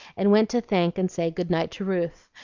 and went to thank and say good-night to ruth,